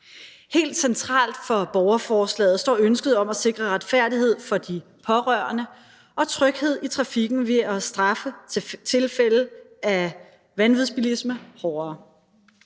Helt centralt for borgerforslaget står ønsket om at sikre retfærdighed for de pårørende og tryghed i trafikken ved at straffe tilfælde af vanvidsbilisme hårdere.